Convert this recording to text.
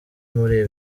muri